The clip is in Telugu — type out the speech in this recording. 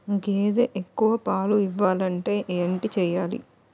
గేదె ఎక్కువ పాలు ఇవ్వాలంటే ఏంటి చెయాలి?